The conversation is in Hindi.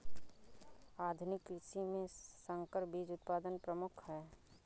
आधुनिक कृषि में संकर बीज उत्पादन प्रमुख है